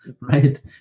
right